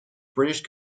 british